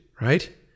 right